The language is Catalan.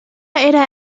era